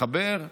מחבר,